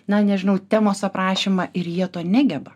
na nežinau temos aprašymą ir jie to negeba